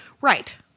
Right